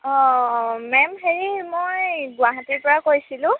অঁ মেম হেৰি মই গুৱাহাটীৰ পৰা কৈছিলোঁ